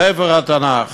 ספר התנ"ך.